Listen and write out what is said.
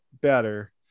better